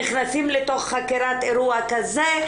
נכנסים לתוך חקירת אירוע כזה,